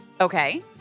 Okay